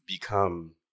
become